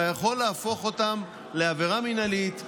אתה יכול להפוך אותם לעבירה מינהלית,